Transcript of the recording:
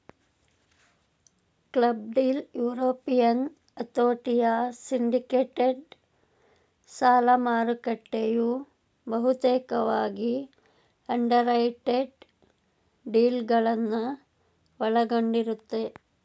club deal European ಹತೋಟಿಯ syndicated ಸಾಲದಮಾರುಕಟ್ಟೆಯು ಬಹುತೇಕವಾಗಿ ಅಂಡರ್ರೈಟೆಡ್ ಡೀಲ್ಗಳನ್ನ ಒಳಗೊಂಡಿರುತ್ತೆ